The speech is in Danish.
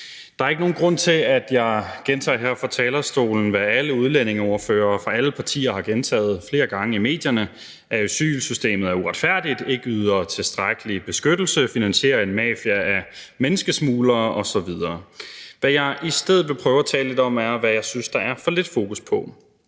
Der er ikke nogen grund til, at jeg her fra talerstolen gentager, hvad alle udlændingeordførere fra alle partier har gentaget flere gange i medierne, nemlig at asylsystemet er uretfærdigt, ikke yder tilstrækkelig beskyttelse, finansierer en mafia af menneskesmuglere osv. Hvad jeg i stedet vil prøve at tale lidt om, er, hvad jeg synes der er for lidt fokus på.